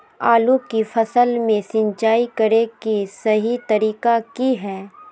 आलू की फसल में सिंचाई करें कि सही तरीका की हय?